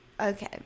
Okay